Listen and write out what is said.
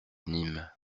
nîmes